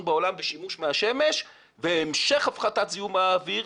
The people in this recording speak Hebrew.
בעולם בשימוש מהשמש והמשך הפחתת זיהום האוויר,